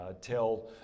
tell